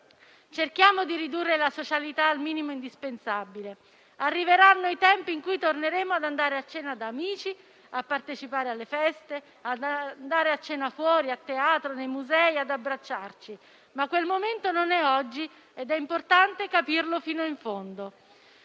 Cerchiamo di ridurre la socialità al minimo indispensabile; arriveranno i tempi in cui torneremo ad andare a cena da amici, a partecipare alle feste, ad andare a cena fuori, a teatro e nei musei e ad abbracciarci; quel momento, però, non è oggi ed è importante capirlo fino in fondo.